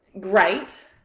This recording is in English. great